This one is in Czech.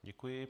Děkuji.